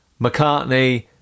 McCartney